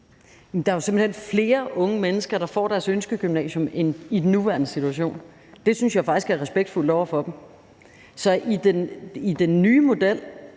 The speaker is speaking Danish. der er jo simpelt hen flere unge mennesker, der kommer på deres ønskegymnasium, end i den nuværende situation. Det synes jeg faktisk er respektfuldt over for dem. Så med den nye model